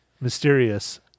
Mysterious